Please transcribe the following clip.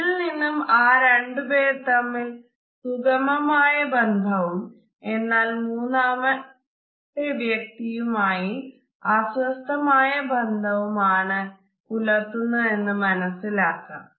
ഇതിൽ നിന്നും ആ രണ്ടു പേർ തമ്മിൽ സുഗമമായ ബന്ധവും എന്നാൽ മൂന്നാമത്തെ വ്യക്തിയുമായി അസ്വസ്ഥമായ ബന്ധവും ആണ് പുലർത്തുന്നതെന്നു മനസിലാക്കാം